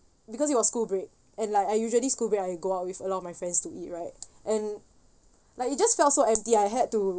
because it was school break and like I usually school break I go out with a lot of my friends to eat right and like it just felt so empty I had to